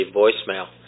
voicemail